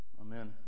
Amen